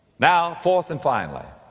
now, fourth and finally,